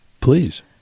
Please